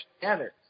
together